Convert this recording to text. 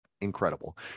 incredible